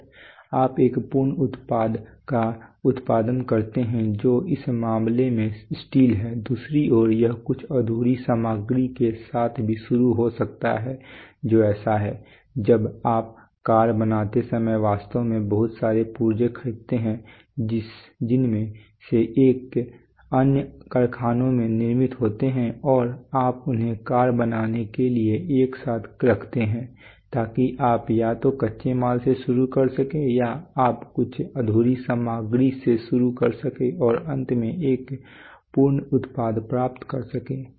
और आप एक पूर्ण उत्पाद का उत्पादन करते हैं जो इस मामले में स्टील है दूसरी ओर यह कुछ अधूरी सामग्री के साथ भी शुरू हो सकता है जो ऐसा है जब आप कार बनाते समय वास्तव में बहुत सारे पुर्जे खरीदते हैं जिनमें से अन्य कारखानों में निर्मित होते हैं और आप उन्हें कार बनाने के लिए एक साथ रखते हैं ताकि आप या तो कच्चे माल से शुरू कर सकें या आप कुछ अधूरी सामग्री से शुरू कर सकें और अंत में एक पूर्ण उत्पाद प्राप्त कर सकें